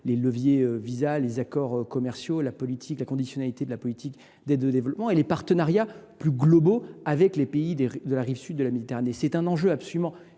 des visas, les accords commerciaux, la conditionnalité de la politique d’aide au développement, ainsi que les partenariats plus globaux avec les pays de la rive sud de la Méditerranée. C’est un enjeu véritablement